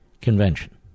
convention